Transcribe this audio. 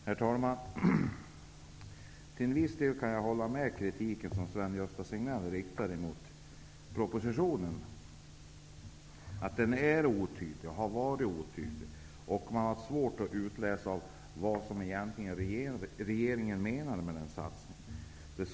Herr talman! Till viss del kan jag hålla med Sven Gösta Signell när han kritiserar propositionen och säger att den är, och har varit, otydlig. Dessutom har det varit svårt att utläsa vad regeringen egentligen menar med sin satsning.